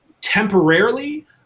temporarily